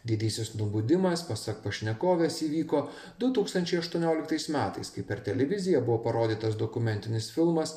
didysis nubudimas pasak pašnekovės įvyko du tūkstančiai aštuonioliktais metais kai per televiziją buvo parodytas dokumentinis filmas